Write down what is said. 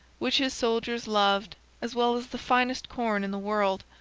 which his soldiers loved as well as the finest corn in the world,